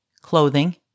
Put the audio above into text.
clothing